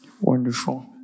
Wonderful